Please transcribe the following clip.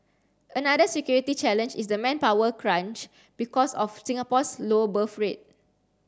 another security challenge is the manpower crunch because of Singapore's low birth rate